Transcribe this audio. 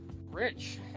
rich